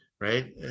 right